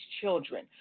children